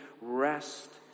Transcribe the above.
rest